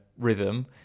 rhythm